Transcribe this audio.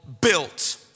built